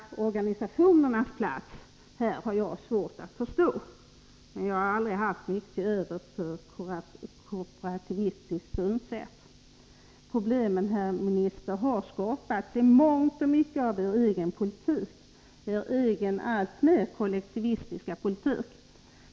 Organisationernas plats här har jag svårt att förstå, men jag har aldrig haft mycket till övers för ett korporativistiskt synsätt. Problemen, herr minister, har skapats i mångt och mycket av er egen politik —i er egen, alltmer kollektivistiska politik.